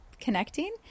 connecting